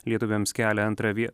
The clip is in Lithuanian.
lietuviams kelią antrą vie